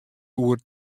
oer